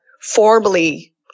formally